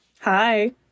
Hi